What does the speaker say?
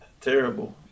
terrible